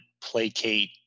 placate